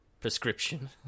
prescription